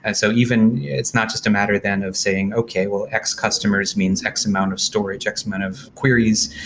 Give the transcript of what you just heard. and so even it's not just a matter then of saying, okay. well, x customers means x amount of storage, x amount of queries.